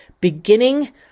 beginning